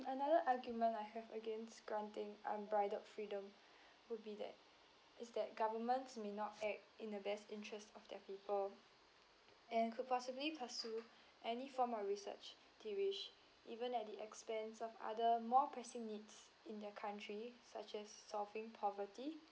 another argument I have against granting unbridled freedom would be that is that governments may not act in the best interests of their people and could possibly pursue any form of research they wish even at the expense of other more pressing needs in their country such as solving poverty